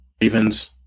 Ravens